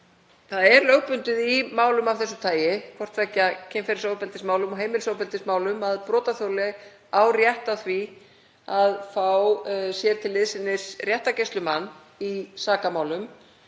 Það er lögbundið í málum af þessu tagi, hvort tveggja kynferðisofbeldismálum og heimilisofbeldismálum, að brotaþoli á rétt á því að fá sér til liðsinnis réttargæslumann í sakamálum